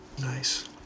Nice